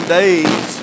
days